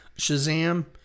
Shazam